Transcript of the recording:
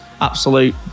Absolute